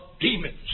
demons